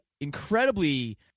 incredibly